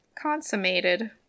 consummated